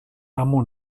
amo